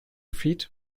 feet